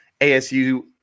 ASU